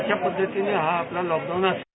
अशा पद्धतीनं हा आपला लॉकडाऊन असेल